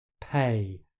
pay